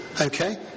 Okay